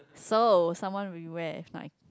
so someone we